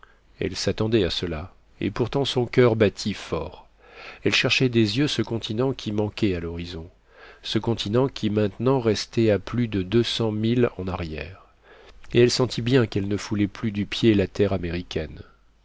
elle s'attendait à cela et pourtant son coeur battit fort elle cherchait des yeux ce continent qui manquait à l'horizon ce continent qui maintenant restait à plus de deux cents milles en arrière et elle sentit bien qu'elle ne foulait plus du pied la terre américaine